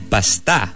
Basta